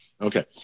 Okay